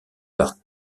par